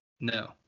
No